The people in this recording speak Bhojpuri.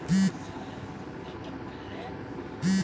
पूजा पाठ बिना फूल के इहां पे ना होखेला